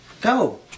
Go